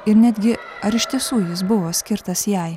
ir netgi ar iš tiesų jis buvo skirtas jai